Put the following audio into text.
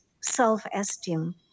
self-esteem